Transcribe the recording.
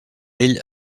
ell